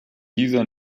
dieser